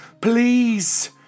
Please